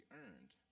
earned